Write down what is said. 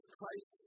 Christ